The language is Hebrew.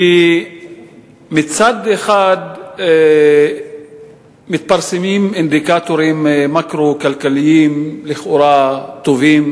כי מצד אחד מתפרסמים אינדיקטורים מקרו-כלכליים לכאורה טובים: